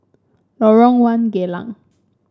Lorong One Geylang